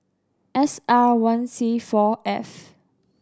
S R one C four F